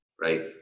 right